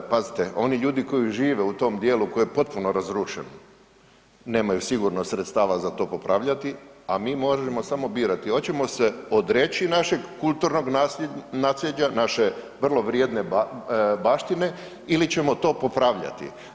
Pazite, oni ljudi koji žive u tom dijelu koji je potpuno razrušen nemaju sigurno sredstava za to popravljati, a mi možemo samo birati oćemo se odreći našeg kulturnog nasljeđa, naše vrlo vrijedne baštine ili ćemo to popravljati?